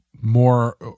more